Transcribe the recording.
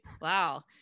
wow